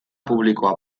publikoa